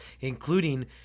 including